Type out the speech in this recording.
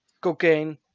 cocaine